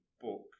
book